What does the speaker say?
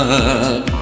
up